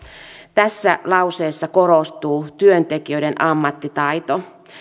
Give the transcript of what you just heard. tässä lauseessa korostuu työntekijöiden ammattitaito